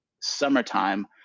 summertime